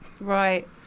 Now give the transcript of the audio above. Right